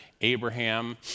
Abraham